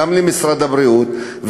גם למשרד הבריאות,